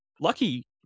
lucky